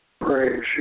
Praise